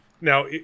Now